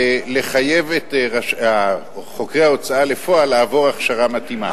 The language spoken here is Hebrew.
הסמכה לחייב את חוקרי ההוצאה לפועל לעבור הכשרה מתאימה.